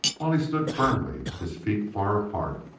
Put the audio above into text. while he stood firmly, his feet far apart,